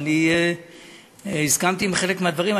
ואני הסכמתי עם חלק מהדברים,